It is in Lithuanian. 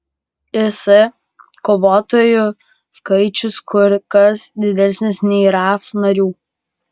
is kovotojų skaičius kur kas didesnis nei raf narių